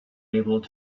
able